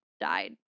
died